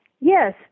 Yes